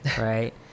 right